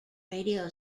radio